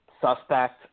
suspect